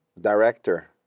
director